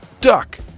duck